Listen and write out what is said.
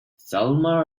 salma